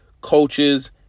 coaches